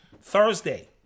Thursday